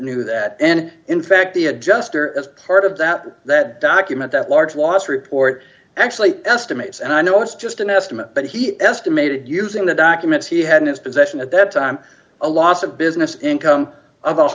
knew that and in fact the adjuster as part of that that document that large last report actually estimates and i know it's just an estimate but he estimated using the documents he had in his possession at that time a loss of business income of a